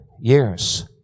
years